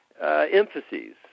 emphases